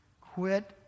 Quit